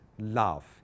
love